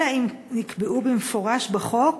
אלא אם נקבעו במפורש בחוק